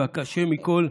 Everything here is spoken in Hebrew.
והקשה מכול,